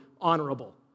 honorable